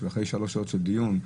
אחרי שלוש שעות של דיון,